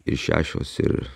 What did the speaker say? ir šešios ir